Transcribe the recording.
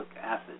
acid